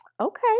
Okay